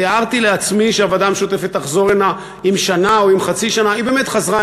תיארתי לעצמי שהוועדה המשותפת תחזור הנה עם שנה או עם חצי שנה.